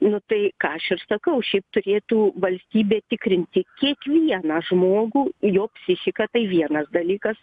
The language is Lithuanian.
nu tai ką aš ir sakau šiaip turėtų valstybė tikrinti kiekvieną žmogų jo psichiką tai vienas dalykas